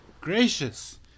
Gracious